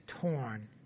torn